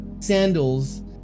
Sandals